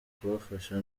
kubafasha